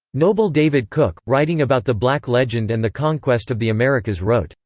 noble david cook, writing about the black legend and the conquest of the americas wrote,